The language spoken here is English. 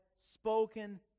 spoken